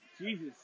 Jesus